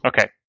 Okay